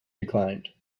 declined